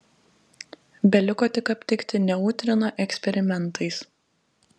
beliko tik aptikti neutriną eksperimentais